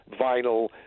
vinyl